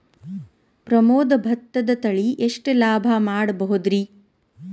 ಪ್ರಮೋದ ಭತ್ತದ ತಳಿ ಎಷ್ಟ ಲಾಭಾ ಮಾಡಬಹುದ್ರಿ?